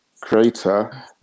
creator